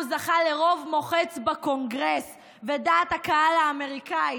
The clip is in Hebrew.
זכה לרוב מוחץ בקונגרס ולדעת הקהל האמריקנית.